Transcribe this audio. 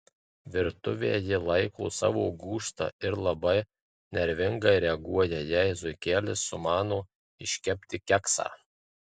virtuvę ji laiko savo gūžta ir labai nervingai reaguoja jei zuikelis sumano iškepti keksą